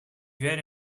werde